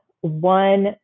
one